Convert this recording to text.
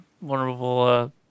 Wonderful